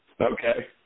Okay